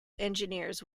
engineers